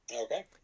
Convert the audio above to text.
Okay